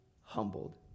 humbled